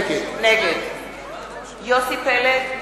נגד יוסי פלד,